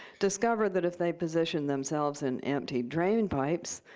discover that if they position themselves in empty drain pipes,